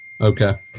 Okay